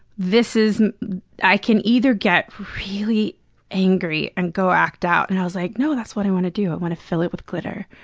this is i can either get really and mad and go act out. and i was like, no, that's what i wanna do. i wanna fill it with glitter.